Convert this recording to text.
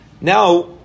Now